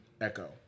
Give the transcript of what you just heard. Echo